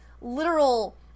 literal